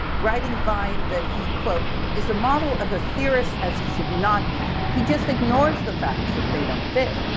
writing wien that he quote is the model of the theorists as he should not be. he just ignores the facts if they don't fit.